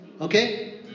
Okay